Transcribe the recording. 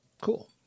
Cool